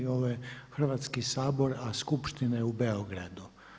Ovo je Hrvatski sabor, a skupština je u Beogradu.